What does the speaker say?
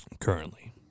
Currently